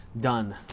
done